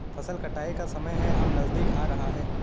फसल कटाई का समय है अब नजदीक आ रहा है